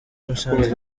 musanze